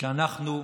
שאנחנו,